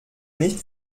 nicht